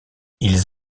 ils